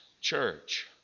Church